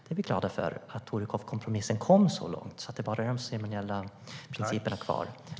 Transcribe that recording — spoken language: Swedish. Vi är glada för att Torekovkompromissen kom så långt att det bara är de ceremoniella principerna kvar.